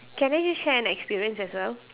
can I just share an experience as well